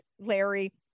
Larry